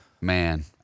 man